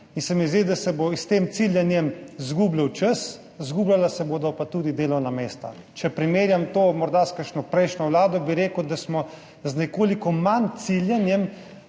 in se mi zdi, da se bo s tem ciljanjem izgubljal čas, izgubljala se bodo pa tudi delovna mesta. Če primerjam to morda s kakšno prejšnjo vlado, bi rekel, da smo z nekoliko manj ciljanja